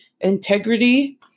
integrity